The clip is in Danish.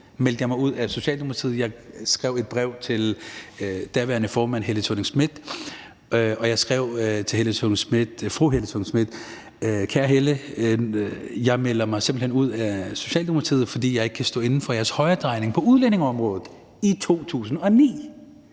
mig som 22-årig ud af Socialdemokratiet. Jeg skrev et brev til den daværende formand Helle Thorning-Schmidt, og jeg skrev: Kære Helle. Jeg melder mig simpelt hen ud af Socialdemokratiet, fordi jeg ikke kan stå inde for jeres højredrejning på udlændingeområdet.